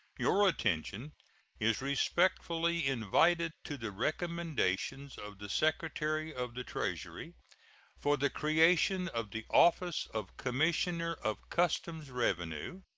your attention is respectfully invited to the recommendations of the secretary of the treasury for the creation of the office of commissioner of customs revenue